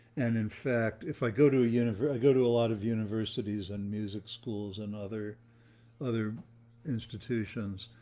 and in fact, if i go to a university, i go to a lot of universities and music, schools and other other institutions.